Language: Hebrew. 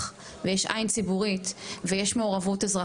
התערבות גופים חיצוניים ידירו מהמערכת תכנים אשר